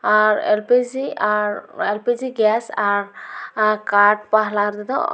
ᱟᱨ L P G ᱟᱨ L P G gas ᱟᱨ ᱠᱟᱴ ᱯᱟᱞᱟ ᱨᱮᱫᱚ